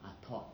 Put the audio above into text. are taught